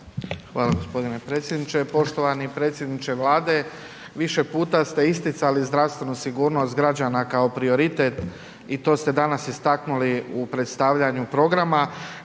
Hvala g. predsjedniče. Poštovani predsjedniče Vlade, više puta ste isticali zdravstvenu sigurnost građana kao prioritet i to ste danas istaknuli u predstavljanju programa.